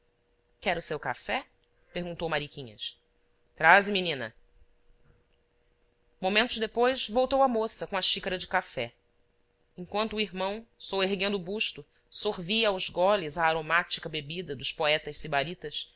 quer o seu café perguntou mariquinhas traze menina momentos depois voltou a moça com a xícara de café enquanto o irmão soerguendo o busto sorvia aos goles a aromática bebida dos poetas